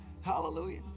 Hallelujah